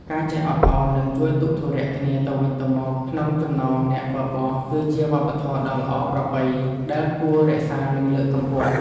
ការចេះអត់ឱននិងជួយទុក្ខធុរៈគ្នាទៅវិញទៅមកក្នុងចំណោមអ្នកបើកបរគឺជាវប្បធម៌ដ៏ល្អប្រពៃដែលគួររក្សានិងលើកកម្ពស់។